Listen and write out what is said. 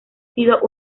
sido